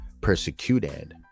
persecuted